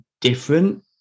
different